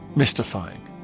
mystifying